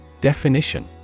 Definition